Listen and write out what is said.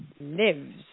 Lives